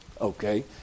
Okay